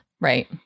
Right